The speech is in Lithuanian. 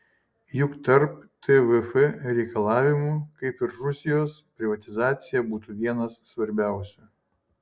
juk tarp tvf reikalavimų kaip ir rusijos privatizacija būtų vienas svarbiausių